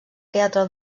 teatre